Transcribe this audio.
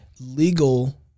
legal